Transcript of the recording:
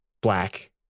black